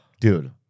Dude